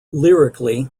lyrically